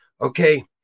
okay